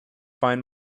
find